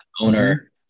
owner